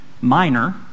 minor